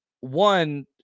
one